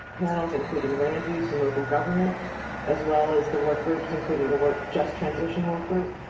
panels including land you some local government as well as the work groups, including the work just transition work group.